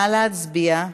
נא להצביע.